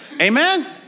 Amen